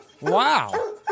Wow